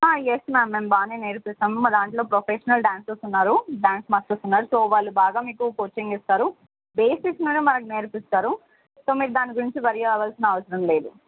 yes ma'am మేము బాగానే నేర్పిస్తాము మా దాంట్లో ప్రొఫెషనల్ డ్యాన్సర్స్ ఉన్నారు డ్యాన్స్ మాస్టర్స్ ఉన్నారు సో వాళ్ళు బాగా మీకు కోచింగ్ ఇస్తారు బేసిక్స్ మీద మనకి నేర్పిస్తారు సో మీరు దాని గురించి వర్రీ అవాల్సిన అవసరం లేదు